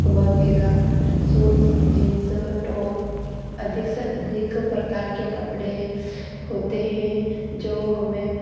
वगैरह suits jeans top अधिक से अधिक प्रकार के कपड़े होते हैं जो हमें